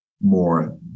more